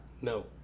No